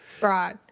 Right